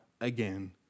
again